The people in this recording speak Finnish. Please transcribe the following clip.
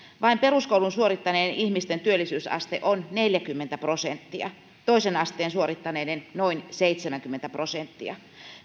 vain peruskoulun suorittaneiden ihmisten työllisyysaste on neljäkymmentä prosenttia toisen asteen suorittaneiden noin seitsemänkymmentä prosenttia